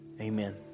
Amen